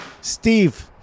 Steve